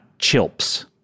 chilps